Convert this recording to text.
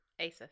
Asus